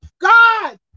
God